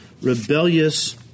rebellious